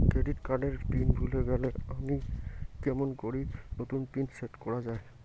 Credit card এর pin ভুলে গেলে কেমন করি নতুন পিন সেট করা য়ায়?